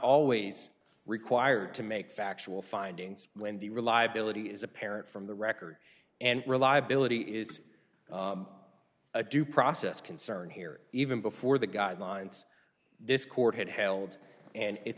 always required to make factual findings when the reliability is apparent from the record and reliability is a due process concern here even before the guidelines this court had held and it